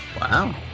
Wow